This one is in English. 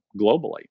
globally